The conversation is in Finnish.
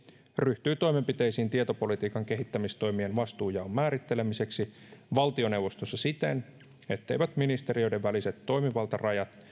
ryhtyy toimenpiteisiin tietopolitiikan kehittämistoimien vastuunjaon määrittelemiseksi valtioneuvostossa siten etteivät ministeriöiden väliset toimivaltarajat